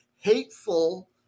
hateful